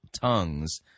tongues